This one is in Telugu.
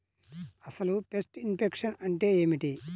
అసలు పెస్ట్ ఇన్ఫెక్షన్ అంటే ఏమిటి?